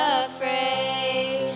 afraid